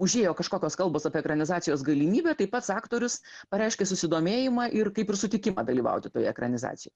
užėjo kažkokios kalbos apie ekranizacijos galimybę tai pats aktorius pareiškė susidomėjimą ir kaip ir sutikimą dalyvauti toje ekranizacijoj